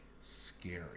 scary